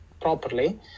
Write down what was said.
properly